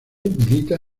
milita